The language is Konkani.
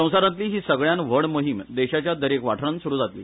संवसारातली ही सगळ्यांन व्हड मोहीम देशाच्या दरेक वाठारान सुरू जातली